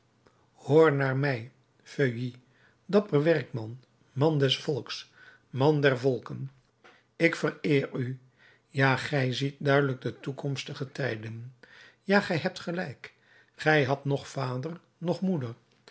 hoor naar mij feuilly dapper werkman man des volks man der volken ik vereer u ja gij ziet duidelijk de toekomstige tijden ja gij hebt gelijk gij hadt noch vader noch moeder